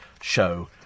show